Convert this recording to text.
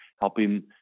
helping